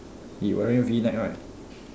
he wearing V neck right